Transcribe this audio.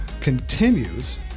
continues